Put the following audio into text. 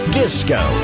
disco